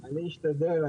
אשתדל.